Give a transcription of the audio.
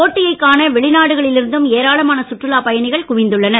போட்டியைக் காண வெளிநாடுகளிலிருந்தும் ஏராளமான சுற்றுலா பயணிகள் குவிந்துள்ளனர்